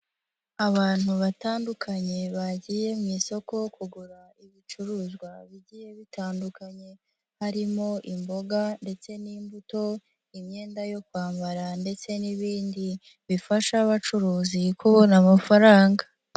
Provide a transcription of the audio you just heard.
Abantu batandukanye bagiye mu isoko kugura ibicuruzwa bigiye bitandukanye, harimo imboga ndetse n'imbuto, imyenda yo kwambara ndetse n'ibindi bifasha abacuruzi kubona amafaranga.